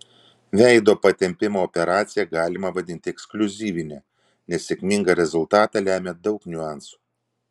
veido patempimo operaciją galima vadinti ekskliuzyvine nes sėkmingą rezultatą lemia daug niuansų